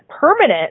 permanent